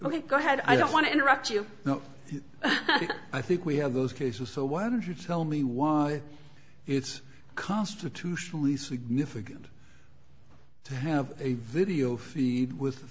ok go ahead i don't want to interrupt you now i think we have those cases so why don't you tell me why it's constitutionally significant to have a video feed with